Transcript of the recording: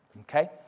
okay